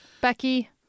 Becky